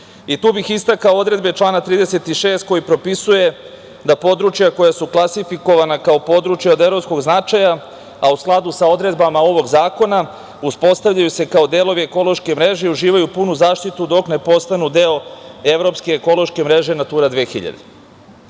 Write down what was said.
Tu bih istakao odredbe člana 36. koji propisuje da područja koja su klasifikovana kao područja od evropskog značaja, a u skladu sa odredbama ovog zakona uspostavljaju se kao delovi ekološke mreže i uživaju punu zaštitu dok ne postanu deo Evropske ekološke mreže „Natura